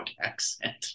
accent